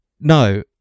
No